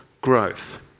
growth